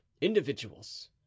individuals